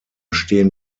stehen